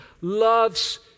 loves